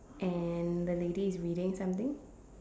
and the lady is reading something